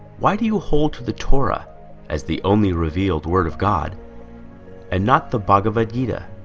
why do you hold to the torah as the only revealed word of god and not? the bhagavad-gita